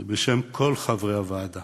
ובשם כל חברי הוועדה